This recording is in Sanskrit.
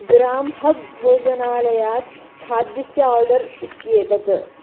ग्राम् हब् भोजनालयात् खाद्यस्य ओर्डर् इत्येतत्